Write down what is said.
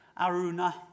Aruna